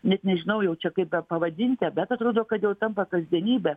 net nežinau jau čia kaip bepavadinti bet atrodo kad jau tampa kasdienybe